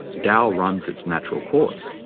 tao runs its natural course,